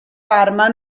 parma